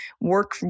work